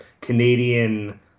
Canadian